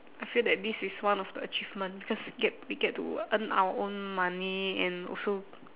I feel that this is one of the achievement cause get we get to earn our own money and also